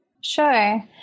Sure